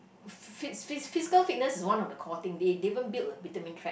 phys~ phys~ physical fitness is one of the core thing they they even built a vitamin track